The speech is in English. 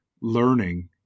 learning